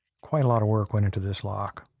quite a lot of work went into this lock.